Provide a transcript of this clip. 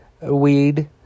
weed